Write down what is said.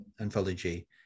anthology